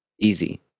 easy